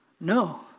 No